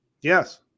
Yes